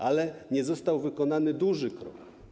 Ale nie został wykonany duży krok.